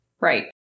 Right